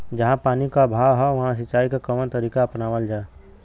जहाँ पानी क अभाव ह वहां सिंचाई क कवन तरीका अपनावल जा?